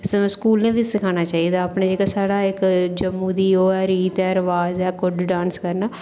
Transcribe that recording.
ते स्कूलें बी सिक्खाना चाहिदा अपना जेह्का इक्क जम्मू दी रीत ऐ रवाज़ ऐ डोगरी डांस करना